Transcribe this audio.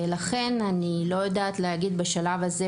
לכן אני לא יודעת להגיד בשלב הזה,